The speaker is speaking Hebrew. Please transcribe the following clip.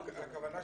אתה אמרת שיצא מכרז.